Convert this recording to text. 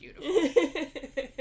beautiful